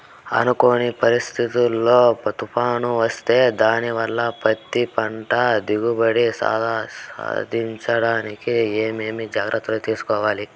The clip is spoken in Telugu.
అనుకోని పరిస్థితుల్లో తుఫాను వస్తే దానివల్ల పత్తి పంట దిగుబడి సాధించడానికి ఏమేమి జాగ్రత్తలు తీసుకోవాలి?